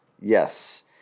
Yes